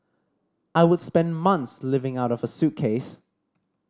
I would spend month living out of a suitcase